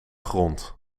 grond